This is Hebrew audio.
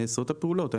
נעשות הפעולות,